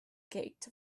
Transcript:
gate